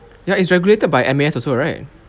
ya it's regulated by M_A_S also right